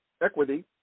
equity